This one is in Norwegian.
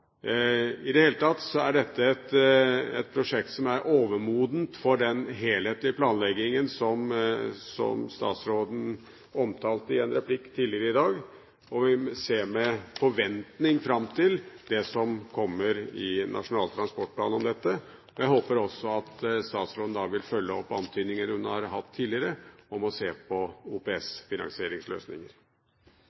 I det hele tatt er dette et prosjekt som er overmodent for en helhetlig planlegging, som statsråden omtalte i en replikk tidligere i dag, og vi ser med forventning fram til det som kommer i Nasjonal transportplan om dette. Jeg håper også at statsråden vil følge opp antydninger hun har hatt tidligere, om å se på